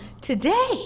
today